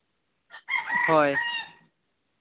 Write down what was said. ᱦᱳᱭ